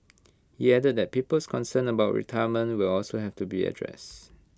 he added that people's concerns about their retirement will have to be addressed